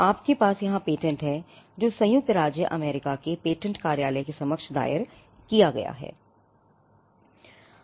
आपके पास यहाँ पेटेंट है जो संयुक्त राज्य अमेरिका के पेटेंट कार्यालय के समक्ष दायर किया गया है